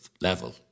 level